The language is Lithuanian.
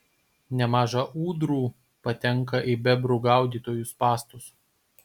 nemaža ūdrų patenka į bebrų gaudytojų spąstus